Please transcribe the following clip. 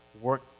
work